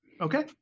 Okay